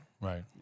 Right